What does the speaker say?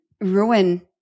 ruin